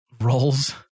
roles